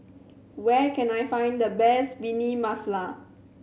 where can I find the best Bhindi Masala